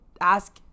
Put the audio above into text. ask